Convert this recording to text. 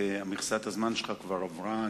ומכסת הזמן שלך כבר עברה.